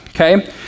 okay